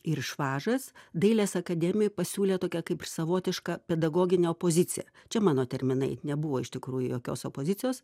ir švažas dailės akademijoj pasiūlė tokią kaip savotišką pedagoginę opoziciją čia mano terminai nebuvo iš tikrųjų jokios opozicijos